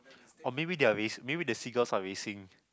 or maybe they are race maybe the seagulls are racing